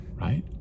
right